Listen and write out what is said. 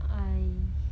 I